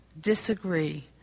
disagree